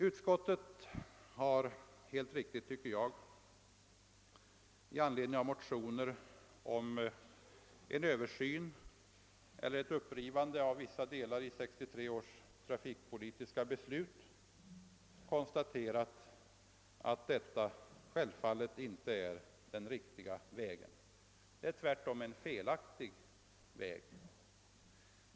Utskottet har, enligt min mening helt riktigt, i anledning av motioner om en översyn av eller ett upprivande av vissa delar i 1963 års tirafikpolitiska beslut konstaterat att detta självfallet inte är det riktiga förfaringssättet, utan tvärtom utgör en felaktig väg.